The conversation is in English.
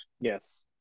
yes